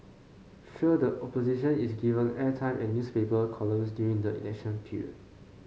sure the Opposition is given airtime and newspaper columns during the election period